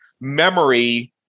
memory